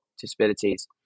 disabilities